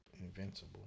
Invincible